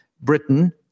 Britain